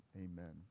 Amen